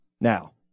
Now